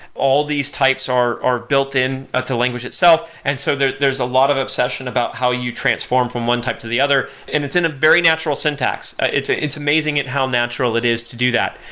all these types are are built in ah to language itself, and so there's there's a lot of obsession about how you transform from one type to the other. and it's in a very natural syntax. it's ah it's amazing how natural it is to do that.